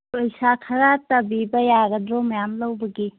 ꯄꯩꯁꯥ ꯈꯔ ꯇꯥꯕꯤꯕ ꯌꯥꯒꯗ꯭ꯔꯣ ꯃꯌꯥꯝ ꯂꯧꯕꯒꯤ